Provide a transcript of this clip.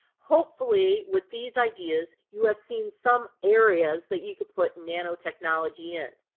hopefully with these ideas, you have seen some areas that you could put nanotechnology in.